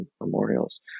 memorials